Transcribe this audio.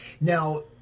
Now